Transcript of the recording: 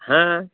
ಹಾಂ